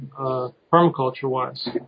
permaculture-wise